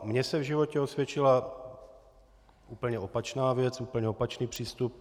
Mně se v životě osvědčila úplně opačná věc, úplně opačný přístup.